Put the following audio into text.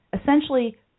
essentially